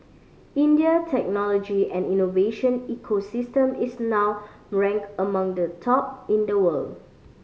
India technology and innovation ecosystem is now ranked among the top in the world